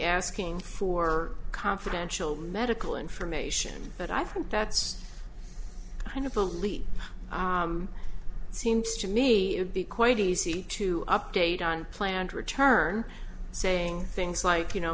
asking for confidential medical information but i think that's kind of a leap it seems to me it would be quite easy to update on planned return saying things like you know